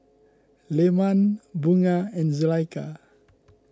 Leman Bunga and Zulaikha